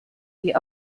die